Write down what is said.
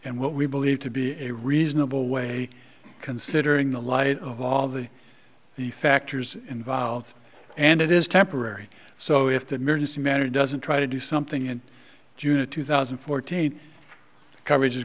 and what we believe to be a reasonable way considering the light of all of the the factors involved and it is temporary so if the manager doesn't try to do something in june of two thousand and fourteen coverage is